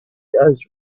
goes